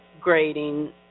grading